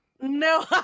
No